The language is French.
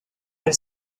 elle